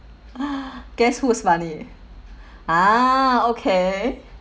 guess whose money ah okay